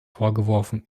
vorgeworfen